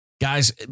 Guys